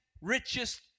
richest